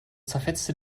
zerfetzte